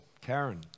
Karen